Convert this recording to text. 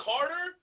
Carter